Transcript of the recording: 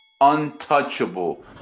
untouchable